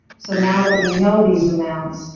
so now that we know these amounts,